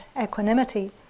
equanimity